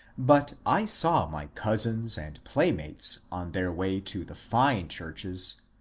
but i saw my cousins and playmates on their way to the fine churches,